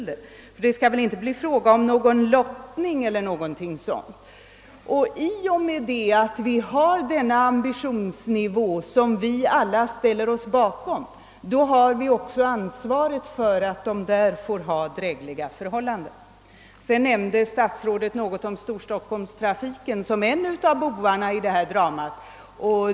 Det kan väl inte bli fråga om lottning eller någonting sådant? I och med att vi alla har denna ambitionsnivå har vi också ansvar för att förhållandena där ute blir drägliga. Statsrådet nämnde någonting om att trafiken i Storstockholm var en av bovarna i dramat.